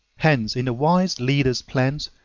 hence in the wise leader's plans,